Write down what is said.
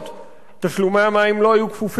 תשלומי המים לא היו כפופים למע"מ.